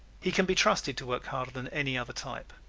he can be trusted to work harder than any other type.